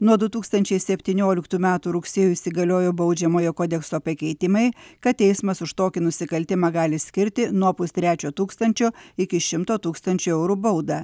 nuo du tūkstančiai septynioliktų metų rugsėjo įsigaliojo baudžiamojo kodekso pakeitimai kad teismas už tokį nusikaltimą gali skirti nuo pustrečio tūkstančio iki šimto tūkstančių eurų baudą